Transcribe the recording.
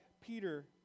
Peter